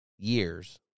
years